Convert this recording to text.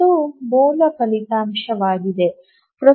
ಇದು ಮೂಲ ಫಲಿತಾಂಶವಾಗಿದೆ